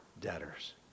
debtors